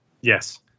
Yes